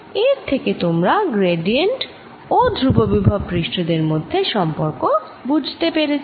এর থেকে তোমরা গ্র্যাডিয়েন্ট ও ধ্রুববিভব পৃষ্ঠ দের মধ্যে সম্পর্ক বুঝতে পেরেছ